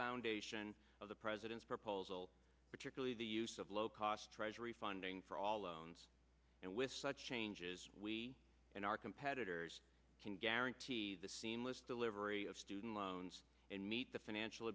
foundation of the president's proposal particularly the use of low cost treasury funding for all loans and with such changes we in our competitors can guarantee the seamless delivery of student loans and meet the financial